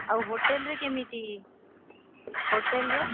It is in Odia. ଆଉ ହୋଟେଲ୍ରେ କେମିତି ହୋଟେଲ୍ର